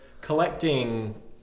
collecting